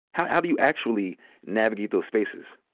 how how do you actually navigate those spaces?